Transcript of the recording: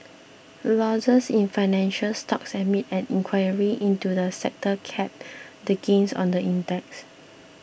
losses in financial stocks amid an inquiry into the sector capped the gains on the index